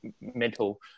mental